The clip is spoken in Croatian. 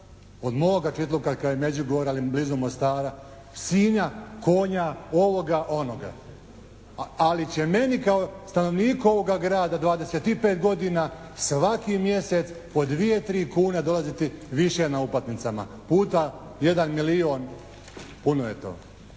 od moga Čitluka kraj Međugorja blizu Mostar, Sinja, konja, ovoga onoga. Ali će meni kao stanovniku ovoga grada 25 godina svaki mjesec po dvije, tri kune dolaziti više na uplatnicama, puta jedan milijun puno je to